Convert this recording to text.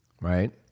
Right